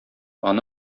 аны